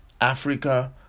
Africa